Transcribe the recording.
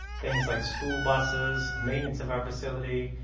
things like school buses, maintenance of our facility.